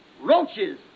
roaches